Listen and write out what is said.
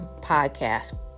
podcast